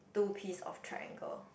two piece of triangle